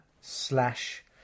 Slash